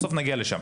בסוף נגיע לשם.